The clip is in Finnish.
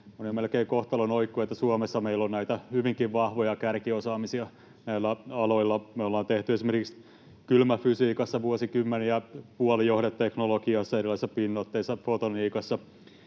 on jo melkein kohtalon oikku, että Suomessa meillä on hyvinkin vahvoja kärkiosaamisia näillä aloilla. Me ollaan tehty esimerkiksi kylmäfysiikassa vuosikymmeniä, puolijohdeteknologiassa, erilaisissa pinnoitteissa, fotoniikassa,